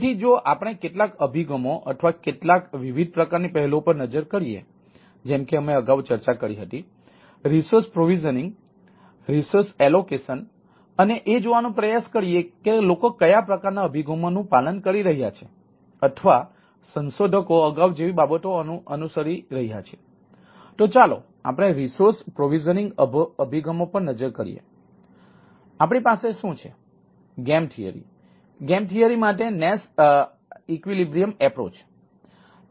તેથી જો આપણે કેટલાક અભિગમો અથવા કેટલાક વિવિધ પ્રકારની પહેલો પર નજર કરીએ જેમ કે અમે અગાઉ ચર્ચા કરી હતી રિસોર્સ જોગવાઈ